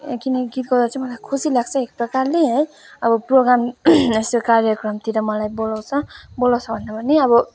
किनकि गीत गाउँदा चाहिँ मलाई खुसी लाग्छ एक प्रकारले है अब प्रोग्राम यस्तो कार्यक्रमतिर मलाई बोलाउँछ बोलाउँछ भन्दा पनि अब